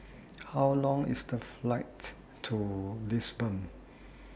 How Long IS The Flight to Lisbon